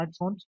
smartphones